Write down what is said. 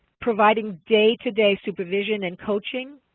providing day-to-day supervision and coaching.